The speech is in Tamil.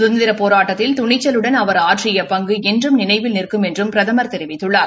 சுதந்திரப் போராட்டத்தில் துணிக்கலுடன் அவர் ஆற்றிய பங்கு என்றும் நினைவில் நிற்கும் என்றும் பிரதம் தெரிவித்துள்ளார்